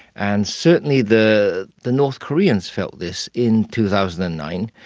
and certainly the the north koreans felt this in two thousand and nine,